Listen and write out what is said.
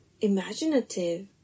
imaginative